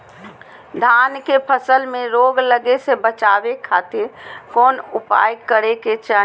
धान के फसल में रोग लगे से बचावे खातिर कौन उपाय करे के चाही?